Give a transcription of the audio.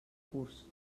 curs